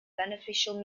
beneficial